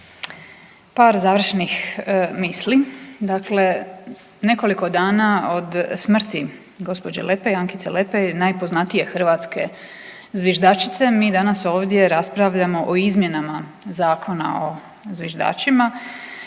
Par završnih misli. Dakle, nekoliko dana od smrti gđe. Lepe, Ankice Lepej, najpoznatije hrvatske zviždačice, mi danas ovdje raspravljamo o izmjenama Zakona o zviždačima